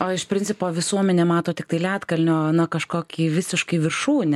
o iš principo visuomenė mato tiktai ledkalnio kažkokį visiškai viršūnę